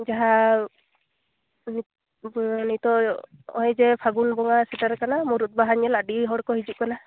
ᱡᱟᱦᱟᱸ ᱱᱤᱛᱳᱜ ᱱᱚᱜ ᱚᱭ ᱡᱮ ᱯᱷᱟᱹᱜᱩᱱ ᱵᱚᱸᱜᱟ ᱥᱮᱴᱮᱨ ᱟᱠᱟᱱᱟ ᱢᱩᱨᱩᱫ ᱵᱟᱦᱟ ᱧᱮᱞ ᱟᱹᱰᱤ ᱦᱚᱲ ᱠᱚ ᱦᱤᱡᱩᱜ ᱠᱟᱱᱟ